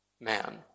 man